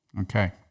Okay